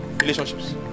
Relationships